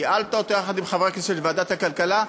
ייעלת אותו יחד עם חברי הכנסת של ועדת הכלכלה,